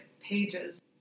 pages